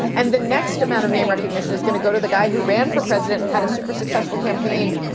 and the next amount of name recognition is going to go to the guy who ran for president and had a super successful campaign.